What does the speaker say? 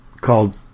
called